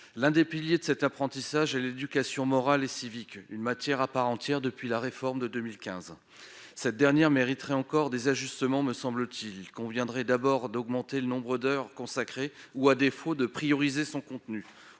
L'un des piliers de cet apprentissage est l'éducation morale et civique, une matière à part entière depuis la réforme de 2015. Cette matière mériterait encore des ajustements, me semble-t-il. Il conviendrait d'abord d'augmenter le nombre d'heures qui y sont consacrées ou, à défaut, de prioriser son contenu